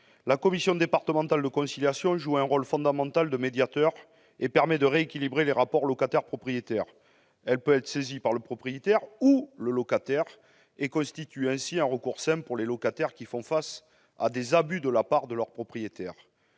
la commission départementale de conciliation joue un rôle fondamental de médiateur et permet de rééquilibrer les rapports locataires-propriétaires. Elle peut être saisie par le propriétaire ou le locataire, et constitue ainsi un recours simple pour les locataires qui font face à des abus de la part de leurs propriétaires.